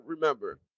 remember